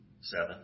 Seven